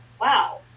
wow